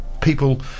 people